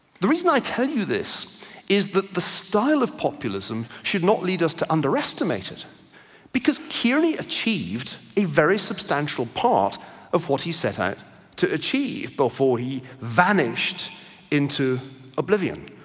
the reason i tell you this is that the style of populism should not lead us to underestimate it because kierney achieved a very substantial part of what he set out to achieve before he vanished into oblivion.